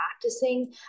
practicing